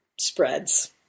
spreads